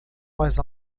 mais